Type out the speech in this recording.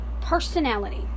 Personality